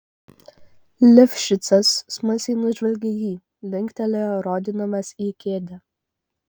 lifšicas smalsiai nužvelgė jį linktelėjo rodydamas į kėdę